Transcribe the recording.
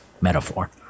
metaphor